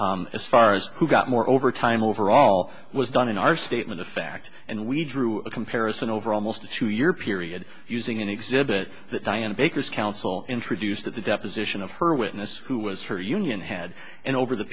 as far as who got more overtime overall was done in our statement of fact and we drew a comparison over almost a two year period using an exhibit that diana baker's counsel introduced at the deposition of her witness who was her union head and over the